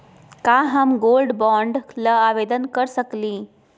का हम gold bond ल आवेदन कर सकली?